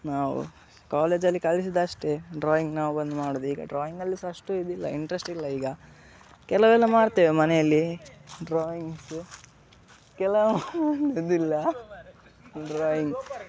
ನಾವು ಕಾಲೇಜಲ್ಲಿ ಕಲಿಸಿದಷ್ಟೇ ಡ್ರಾಯಿಂಗ್ ನಾವು ಬಂದು ಮಾಡುದು ಈಗ ಡ್ರಾಯಿಂಗಲ್ಲಿ ಸಹ ಅಷ್ಟು ಇದಿಲ್ಲ ಇಂಟ್ರೆಸ್ಟ್ ಇಲ್ಲ ಈಗ ಕೆಲವೆಲ್ಲ ಮಾಡ್ತೇವೆ ಮನೆಯಲ್ಲಿ ಡ್ರಾಯಿಂಗ್ಸ್ ಕೆಲವು ಇದಿಲ್ಲ ಡ್ರಾಯಿಂಗ್ಸ್